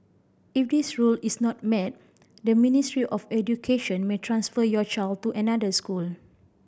if this rule is not met the Ministry of Education may transfer your child to another school